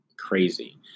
crazy